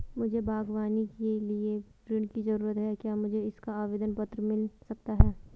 मुझे बागवानी के लिए ऋण की ज़रूरत है क्या मुझे इसका आवेदन पत्र मिल सकता है?